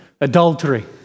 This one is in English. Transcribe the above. Adultery